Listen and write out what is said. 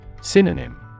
Synonym